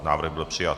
Návrh byl přijat.